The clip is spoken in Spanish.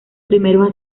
primeros